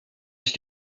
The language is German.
ist